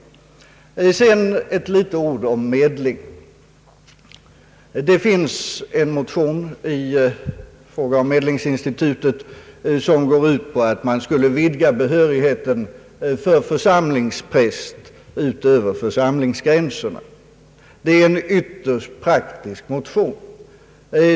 Så några ord om medlingen. Det föreligger en motion i fråga om medlingsinstitutet. Den går ut på att man skulle vidga behörigheten för församlingspräst utöver församlingsgränsen, Det är en vtterst praktisk motion.